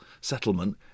settlement